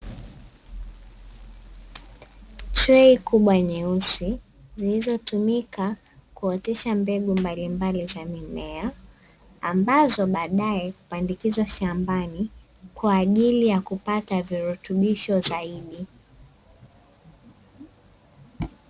Trei kubwa nyeusi zilizotumika kuotesha mbegu mbalimbali za mimea ambazo baadae hupandikizwa shambani kwaajili ya kupata virutubisho zaidi.